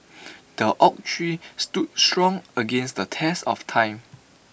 the oak tree stood strong against the test of time